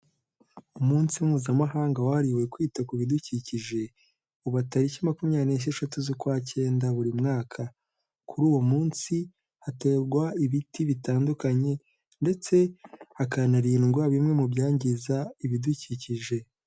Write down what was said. Umunsi mpuzamahanga wahariwe kwita ku bidukikije, uba tariki makumyabiri n'esheshatu z'ukwacyenda buri mwaka. Kuri uwo munsi, hategwa ibiti bitandukanye ndetse hakanarindwa bimwe mu byangiza ibidukikije.